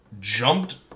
jumped